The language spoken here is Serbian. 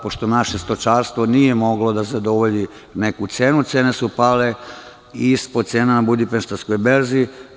Pošto naše stočarstvo nije moglo da zadovolji neku cenu, cene su pale i ispod cena na budipeštanskoj berzi.